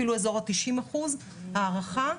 אפילו תשעים אחוז בהערכה.